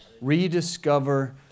rediscover